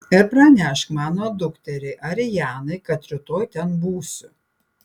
ir pranešk mano dukteriai arianai kad rytoj ten būsiu